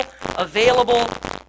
available